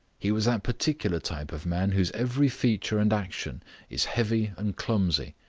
he was that particular type of man whose every feature and action is heavy and clumsy,